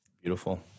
Beautiful